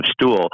stool